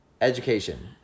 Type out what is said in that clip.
education